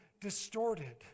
distorted